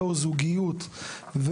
זוגיות,